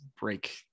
break